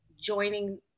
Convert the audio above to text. joining